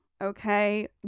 okay